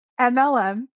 MLM